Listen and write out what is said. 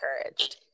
encouraged